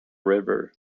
river